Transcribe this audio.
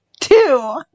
two